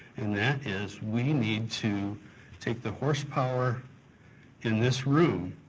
and that is, we need to take the horsepower in this room